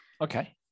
okay